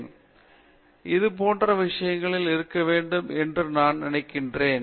பேராசிரியர் பிரதாப் ஹரிதாஸ் இதே போன்ற விஷயங்கள் இருக்க வேண்டும் என்று நான் நினைக்கிறேன்